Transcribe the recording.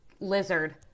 lizard